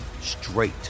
straight